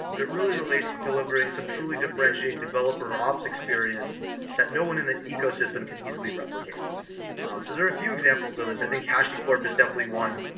but it really relates to delivering some truly differentiated developer ops experience that no one in the ecosystem can easily replicate um so there are a few examples of this. i think hashicorp is definitely one,